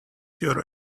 your